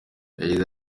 yagize